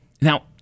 Now